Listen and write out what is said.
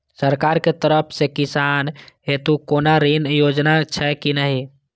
सरकार के तरफ से किसान हेतू कोना ऋण योजना छै कि नहिं?